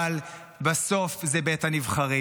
אבל בסוף זה בית הנבחרים,